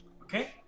Okay